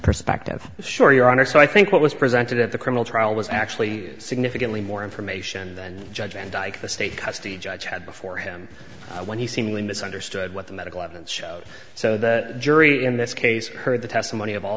perspective sure your honor so i think what was presented at the criminal trial was actually significantly more information than the judge and like the state custody judge had before him when he seemingly mis understood what the medical evidence showed so the jury in this case heard the testimony of all